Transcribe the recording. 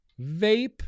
vape